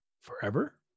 Forever